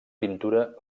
pintura